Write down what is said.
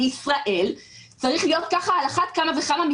בישראל צריך להיות ככה על אחת כמה וכמה,